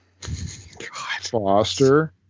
Foster